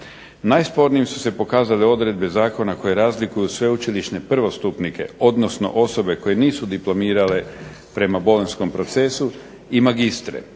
Najspornijim su se pokazale odredbe zakona koje razlikuju sveučilišne prvostupnike odnosno osobe koje nisu diplomirale prema bolonjskom procesu i magistre.